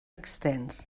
extens